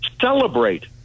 celebrate